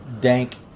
dank